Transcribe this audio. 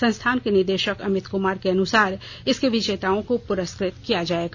संस्थान के निदेषक अमित कुमार के अनुसार इसके विजेताओं को पुरस्कृत किया जायेगा